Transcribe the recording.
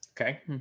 Okay